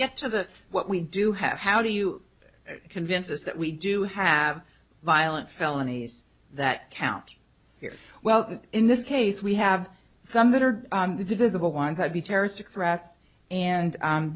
get to the what we do have how do you convince us that we do have violent felonies that count here well in this case we have some that are divisible ones i'd be terroristic threats and